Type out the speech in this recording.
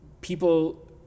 People